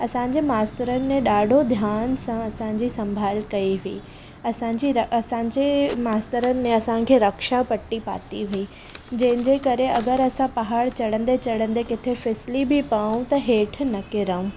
असांजे मास्तरनि ॾाढो ध्यानु सां असांजी संभाल कई हुई असांजी असांजे मास्तरनि असांखे रक्षा पटी पाती हुई जंहिंजे करे अगरि असां पहाड़ चढ़ंदे चढ़ंदे किथे फिसिली बि पऊं त हेठि न किरूं